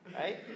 right